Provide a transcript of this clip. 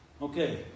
Okay